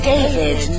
David